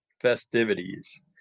festivities